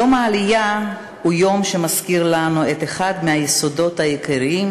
יום העלייה הוא יום שמזכיר לנו את אחד היסודות העיקריים